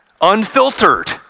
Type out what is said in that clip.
unfiltered